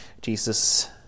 Jesus